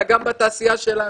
אלא גם בתעשייה שלנו.